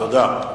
תודה.